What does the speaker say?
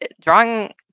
drawing